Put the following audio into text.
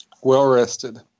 Well-rested